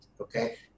okay